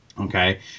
okay